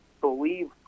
believe